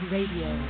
Radio